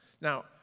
Now